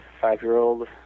five-year-old